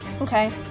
Okay